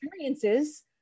experiences